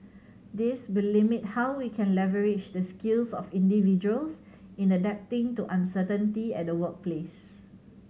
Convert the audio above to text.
this be limit how we can leverage the skills of individuals in adapting to uncertainty at the workplace